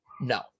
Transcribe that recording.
No